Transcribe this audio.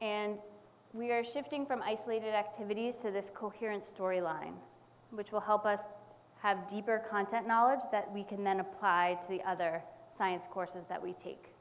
and we are shifting from isolated activities to this coherent story line which will help us have deeper content knowledge that we can then apply to the other science courses that we